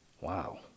wow